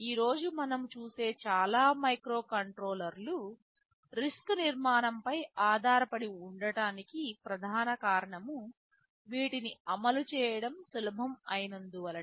ఈ రోజు మనం చూసే చాలా మైక్రోకంట్రోలర్లు RISC నిర్మాణం పై ఆధారపడి ఉండటానికి ప్రధాన కారణం వీటిని అమలు చేయడం సులభం అయినందువలనే